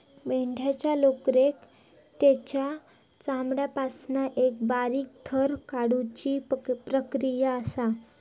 मेंढ्यांच्या लोकरेक तेंच्या चामड्यापासना एका बारीक थर काढुची प्रक्रिया असा